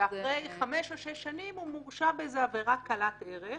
ואחרי חמש שנים או שש שנים הוא מורשע בעבירה קלת ערך.